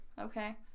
okay